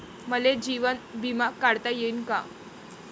मले जीवन बिमा काढता येईन का?